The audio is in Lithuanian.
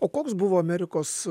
o koks buvo amerikos